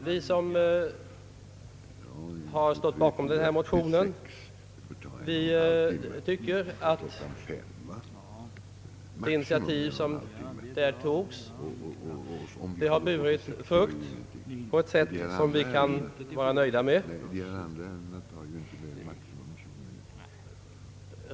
Vi som står bakom denna motion tycker att det initiativ som där tas har burit frukt på ett sätt som vi kan vara nöjda med.